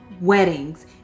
weddings